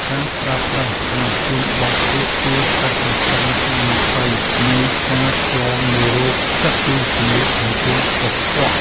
ការប្រើប្រាស់ម៉ាស៊ីនបោកគក់ជួយកាត់បន្ថយហានិភ័យនៃការឆ្លងមេរោគផ្សិតពីសម្លៀកបំពាក់កខ្វក់។